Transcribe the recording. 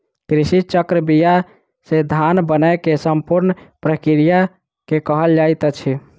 कृषि चक्र बीया से धान बनै के संपूर्ण प्रक्रिया के कहल जाइत अछि